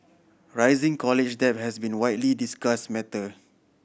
rising college debt has been a widely discuss matter